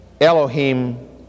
Elohim